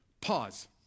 Pause